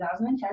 2010